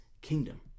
kingdom